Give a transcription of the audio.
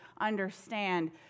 understand